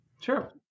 Sure